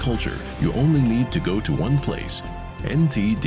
culture you only need to go to one place indeed